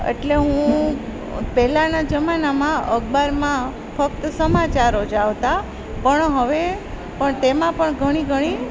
એટલે હું પહેલાના જમાનામાં ફક્ત સમાચારો જ આવતા પણ હવે પણ તેમાં પણ ઘણી ઘણી